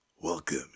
Welcome